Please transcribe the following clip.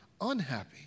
unhappy